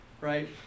right